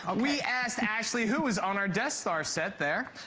ah we asked ashley who was on our death star set there,